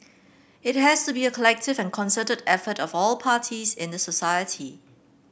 it has to be a collective and concerted effort of all parties in the society